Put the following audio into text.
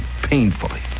painfully